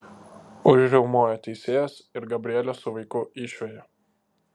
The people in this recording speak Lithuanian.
užriaumoja teisėjas ir gabrielę su vaiku išveja